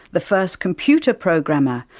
the first computer programmer,